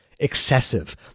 Excessive